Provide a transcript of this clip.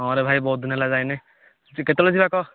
ହଁ ରେ ଭାଇ ବହୁତ ଦିନ ହେଲା ଯାଇନେ କେତେବେଳେ ଯିବା କୁହ